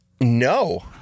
No